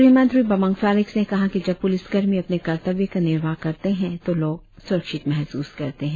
गृह मंत्री बामांग फेलिक्स ने कहा कि जब पुलिस कर्मी अपनी कर्तव्य का निर्वाह करते है तो लोग सुरक्षित महसुस करते है